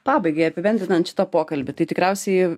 pabaigai apibendrinant šitą pokalbį tai tikriausiai